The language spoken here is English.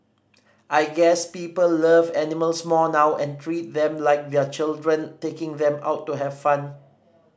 I guess people love animals more now and treat them like their children taking them out to have fun